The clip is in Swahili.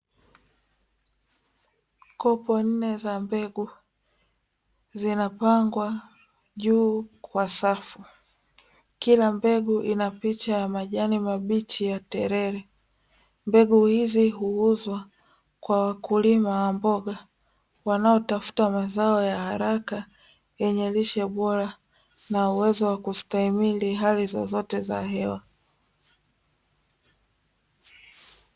Kopo nne za mbegu zinapangwa juu kwa safu, kila mbegu ina picha ya majani mabichi ya terere, mbegu hizi huuzwa kwa wakulima wa mboga wanaotafuta mazao ya haraka yenye lishe bora na uwezo wa kustahimili hali zozote za hewa.